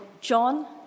John